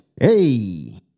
Hey